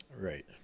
right